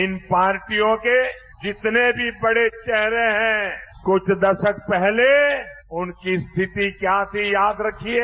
इन पार्टियों के जितने भी बड़े चेहरे हैं कुछ दशक पहले उनकी स्थिति क्या थी याद रखिये